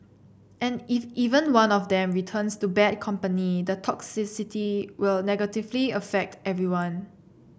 and if even one of them returns to bad company the toxicity will negatively affect everyone